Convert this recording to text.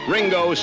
Ringo